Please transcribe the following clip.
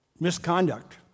Misconduct